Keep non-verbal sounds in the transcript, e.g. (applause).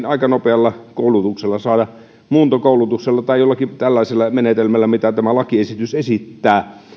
(unintelligible) aika nopealla koulutuksella muuntokoulutuksella tai jollakin tällaisella menetelmällä mitä tämä lakiesitys esittää